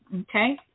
okay